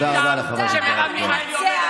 תודה רבה לחברת הכנסת מירב כהן.